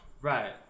Right